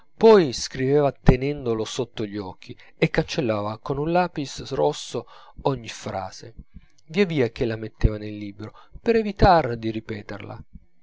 poi scriveva tenendolo sotto gli occhi e cancellava con un lapis rosso ogni frase via via che la metteva nel libro per evitar di ripeterla